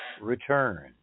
return